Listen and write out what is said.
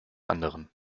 anderen